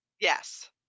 Yes